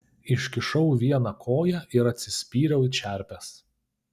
iškišau vieną koją ir atsispyriau į čerpes